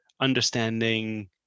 understanding